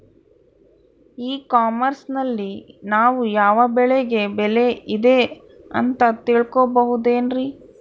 E commerce ನಲ್ಲಿ ನಾವು ಯಾವ ಬೆಳೆಗೆ ಬೆಲೆ ಇದೆ ಅಂತ ತಿಳ್ಕೋ ಬಹುದೇನ್ರಿ?